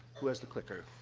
who has the clicker?